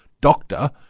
doctor